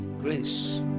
grace